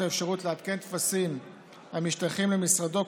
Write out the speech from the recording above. האפשרות לעדכן טפסים המשתייכים למשרדו,